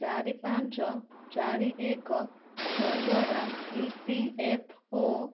ଚାରି ପାଞ୍ଚ ଚାରି ଏକ ଛଅ ଦ୍ୱାରା ଇ ପି ଏଫ୍ ଓ